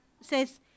says